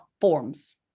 forms